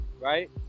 right